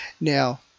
Now